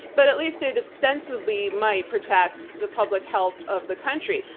but at least it extensively might protect the public health of the country.